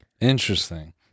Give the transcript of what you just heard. Interesting